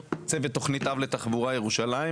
צוות תוכנית אב לתחבורה ירושלים,